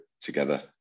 together